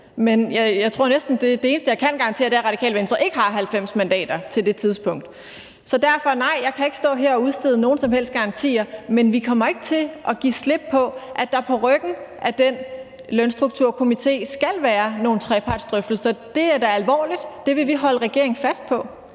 men jeg tror, at det eneste, jeg kan garantere, er, at Radikale Venstre ikke har 90 mandater på det tidspunkt. Derfor kan jeg ikke stå her og udstede nogen som helst garantier, men vi kommer ikke til at give slip på, at der på ryggen af den lønstrukturkomité skal være nogle trepartsdrøftelser. Det er da alvorligt, og det vil vi holde regeringen fast på.